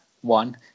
one